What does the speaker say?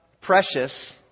precious